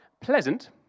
pleasant